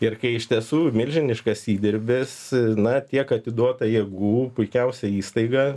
ir kai iš tiesų milžiniškas įdirbis na tiek atiduota jėgų puikiausia įstaiga